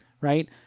right